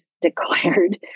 declared